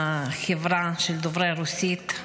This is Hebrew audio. לחברה של דוברי הרוסית,